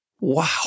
Wow